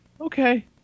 Okay